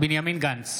בנימין גנץ,